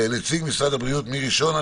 נציג משרד הבריאות, מי ראשון?